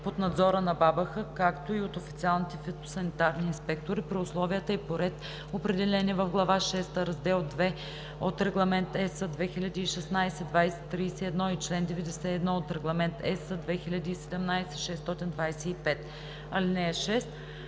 под надзора на БАБХ, както и от официалните фитосанитарни инспектори, при условия и по ред, определени в глава VI, раздел 2 от Регламент (ЕС) 2016/2031 и чл. 91 от Регламент (ЕС) 2017/625. (6)